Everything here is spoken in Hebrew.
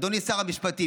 אדוני שר המשפטים,